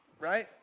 right